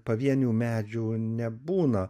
pavienių medžių nebūna